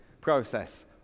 process